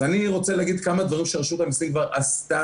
אז אני רוצה להגיד כמה דברים שרשות המיסים כבר עשתה,